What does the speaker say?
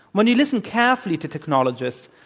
when you listen carefully to technologists,